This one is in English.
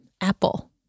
Apple